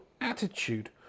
attitude